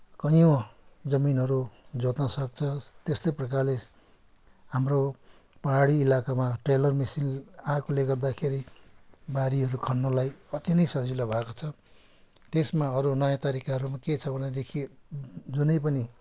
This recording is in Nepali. कैयौँ जमीनहरू जोत्न सक्छ त्यस्तै प्रकारले हाम्रो पाहाडी इलाकामा टेलर मिसिन आएकोले गर्दाखेरि बारीहरू खन्नुलाई कति नै सजिलो भएको छ त्यसमा अरू नयाँ तरिकाहरूमा के छ भनेदेखि जुनै पनि